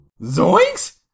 Zoinks